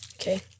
Okay